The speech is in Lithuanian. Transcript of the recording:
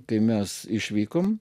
kai mes išvykom